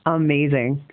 amazing